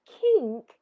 kink